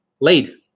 Laid